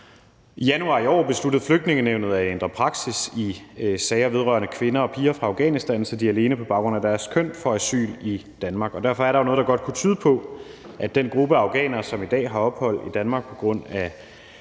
I januar i år besluttede Flygtningenævnet at ændre praksis i sager vedrørende kvinder og piger fra Afghanistan, så de alene på baggrund af deres køn får asyl i Danmark, og derfor er der jo noget, der godt kunne tyde på, at den gruppe af afghanere, som i dag har ophold i Danmark på grund af